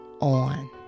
on